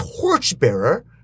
torchbearer